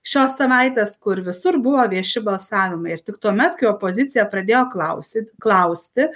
šios savaitės kur visur buvo vieši balsavimai ir tik tuomet kai opozicija pradėjo klausyt klausti